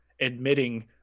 admitting